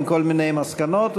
עם כל מיני מסקנות,